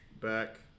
back